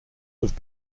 have